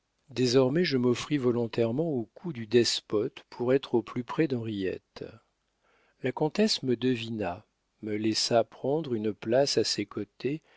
désormais je m'offris volontairement aux coups du despote pour être au plus près d'henriette la comtesse me devina me laissa prendre une place à ses côtés